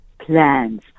plans